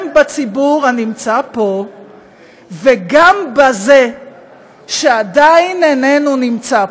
בציבור הנמצא פה וגם בזה שעדיין איננו נמצא פה".